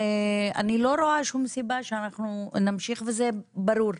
אני לא רואה שום סיבה שאנחנו נמשיך, וזה ברור.